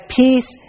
peace